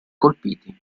colpiti